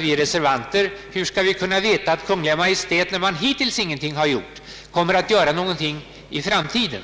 Vi reservanter frågar oss hur vi skall kunna veta att Kungl. Maj:t gör något i framtiden, då man hittills inte uträttat något i frågan.